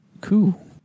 Cool